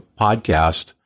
podcast